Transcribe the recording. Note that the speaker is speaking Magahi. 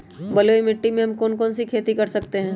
बलुई मिट्टी में हम कौन कौन सी खेती कर सकते हैँ?